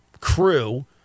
crew